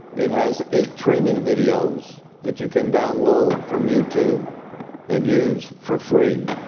it has eight training videos that you can download from youtube and use for free.